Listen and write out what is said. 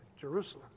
Jerusalem